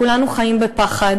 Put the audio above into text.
כולנו חיים בפחד.